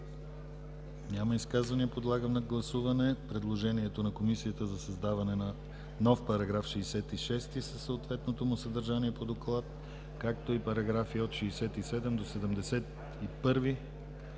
Няма изказвания. Подлагам на гласуване предложението на Комисията за създаване на нов § 66, със съответното му съдържание по доклада, както и параграфи от 67 до 71